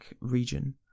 region